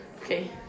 Okay